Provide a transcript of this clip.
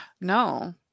No